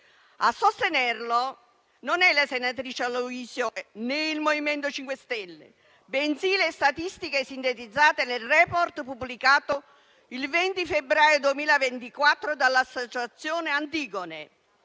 A sostenerlo non è la senatrice Aloisio, né il Movimento 5 Stelle, bensì le statistiche sintetizzate nel *report* pubblicato il 20 febbraio 2024 dall'associazione Antigone.